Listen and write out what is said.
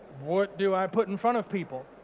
what do i put in front of people?